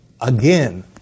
again